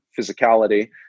physicality